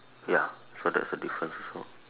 ya so that's a difference also